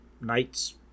night's